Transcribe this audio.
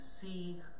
see